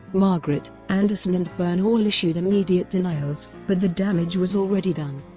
margaret, anderson and byrne all issued immediate denials, but the damage was already done.